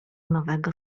nowego